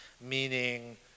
meaning